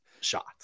shot